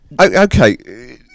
Okay